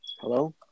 hello